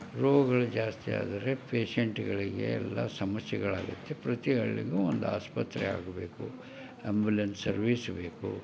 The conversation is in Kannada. ರೋಗಗಳು ಜಾಸ್ತಿ ಆದರೆ ಪೇಷಂಟ್ಗಳಿಗೆ ಎಲ್ಲಾ ಸಮಸ್ಯೆಗಳು ಆಗತ್ತೆ ಪ್ರತಿ ಹಳ್ಳಿಗೂ ಒಂದು ಆಸ್ಪತ್ರೆ ಆಗಬೇಕು ಆ್ಯಂಬ್ಯುಲೆನ್ಸ್ ಸರ್ವೀಸ್ ಬೇಕು